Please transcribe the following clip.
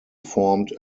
formed